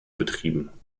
betrieben